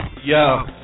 yo